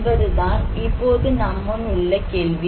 என்பதுதான் இப்போது நம்முன் உள்ள கேள்வி